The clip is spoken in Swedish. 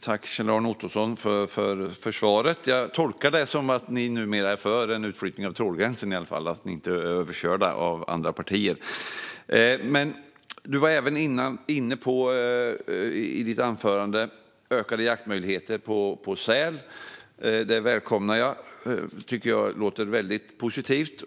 Tack, Kjell-Arne Ottosson, för svaret! Jag tolkar det i alla fall som att ni numera är för en utflyttning av trålgränsen och att ni inte är överkörda av andra partier. Du var i ditt anförande även inne på ökade möjligheter till jakt på säl. Det välkomnar jag. Det tycker jag låter väldigt positivt.